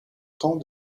temps